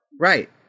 Right